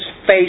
face